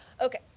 Okay